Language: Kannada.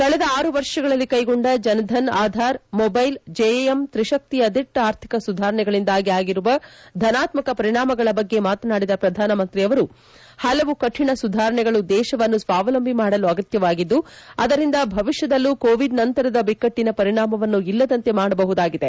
ಕಳೆದ ಆರು ವರ್ಷಗಳಲ್ಲಿ ಕೈಗೊಂಡ ಜನಧನ್ ಆಧಾರ್ ಮೊಬೈಲ್ ಜೆಎಎಂ ತ್ರಿಶಕ್ತಿಯ ದಿಟ್ಟ ಆರ್ಥಿಕ ಸುಧಾರಣೆಗಳಿಂದಾಗಿ ಆಗಿರುವ ಧನಾತ್ಮಕ ಪರಿಣಾಮಗಳ ಬಗ್ಗೆ ಮಾತನಾಡಿದ ಪ್ರಧಾನಮಂತ್ರಿಯವರು ಪಲವು ಕಠಿಣ ಸುಧಾರಣೆಗಳು ದೇಶವನ್ನು ಸ್ವಾವಲಂಬಿ ಮಾಡಲು ಆಗತ್ತವಾಗಿದ್ದು ಅದರಿಂದ ಭವಿಷ್ಯದಲ್ಲೂ ಕೋವಿಡ್ ನಂತರದ ಬಿಕ್ಕಟ್ಟಿನ ಪರಿಣಾಮವನ್ನು ಇಲ್ಲದಂತೆ ಮಾಡಬಹುದಾಗಿದೆ